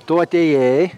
tu atėjai